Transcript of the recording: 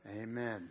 Amen